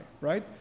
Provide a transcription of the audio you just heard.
right